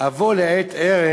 אבוא לעת ערב,